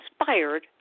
inspired